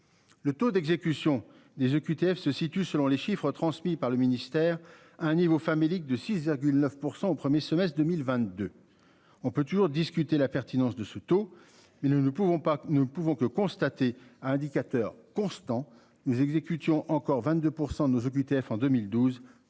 Le taux d'exécution des OQTF se situe, selon les chiffres transmis par le ministère un niveau famélique de 6,9% au 1er semestre 2022. On peut toujours discuter la pertinence de ce taux. Mais nous ne pouvons pas ne pouvant que constater à indicateurs constants nous exécutions encore 22% de nos OQTF. En 2012,